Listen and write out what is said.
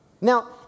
Now